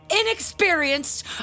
inexperienced